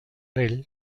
ell